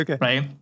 right